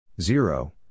Zero